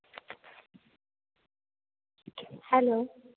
hello